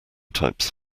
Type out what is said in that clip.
types